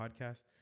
podcast